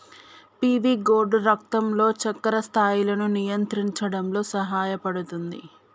PV gourd రక్తంలో చక్కెర స్థాయిలను నియంత్రించడంలో సహాయపుతుంది